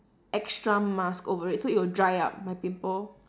extra mask over it so it will dry up my pimple